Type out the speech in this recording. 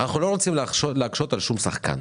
אנחנו לא רוצים להקשות על שום שחקן.